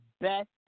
best